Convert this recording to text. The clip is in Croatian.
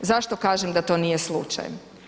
Zašto kažem da to nije slučaj?